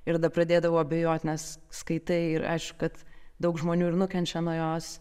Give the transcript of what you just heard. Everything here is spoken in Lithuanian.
ir tada pradėdavau abejot nes skaitai ir aišku kad daug žmonių ir nukenčia nuo jos